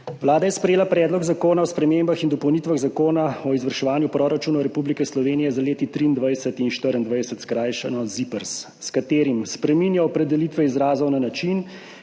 Vlada je sprejela Predlog zakona o spremembah in dopolnitvah Zakona o izvrševanju proračunov Republike Slovenije za leti 2023 in 2024, skrajšano ZIPRS, s katerim spreminja opredelitve izrazov na način,